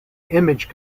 image